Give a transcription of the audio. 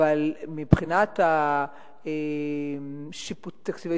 לאן הועבר תקציב?